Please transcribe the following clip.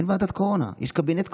אין ועדת קורונה, יש קבינט קורונה.